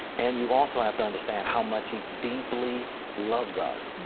and you also have to understand how much he deeply loves us.